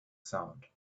sound